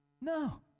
No